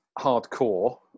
hardcore